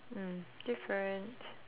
mm different